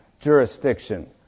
jurisdiction